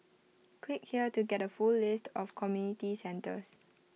click here to get A full list of community centres